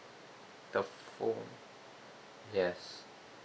the phone yes